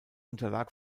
unterlag